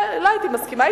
לא הייתי מסכימה,